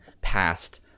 past